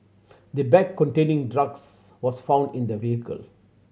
the bag containing drugs was found in the vehicle